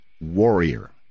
warrior